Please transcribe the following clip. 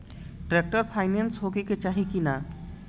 Tractor पाईनेस होखे के चाही कि ना?